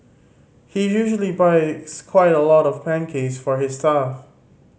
he usually buys quite a lot of pancakes for his staff